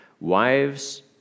Wives